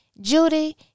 Judy